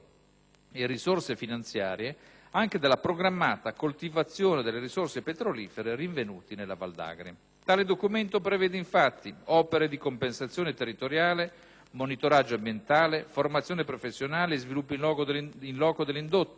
e risorse finanziarie anche dalla programmata coltivazione delle risorse petrolifere rinvenute nella Val d'Agri. Tale documento prevede, infatti, opere di compensazione territoriale, monitoraggio ambientale, formazione professionale e sviluppo in loco dell'indotto,